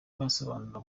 n’ubusobanuro